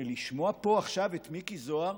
ולשמוע פה עכשיו את מיקי זוהר